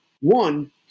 One